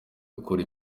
gukura